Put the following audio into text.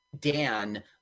Dan